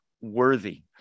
worthy